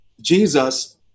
Jesus